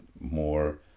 more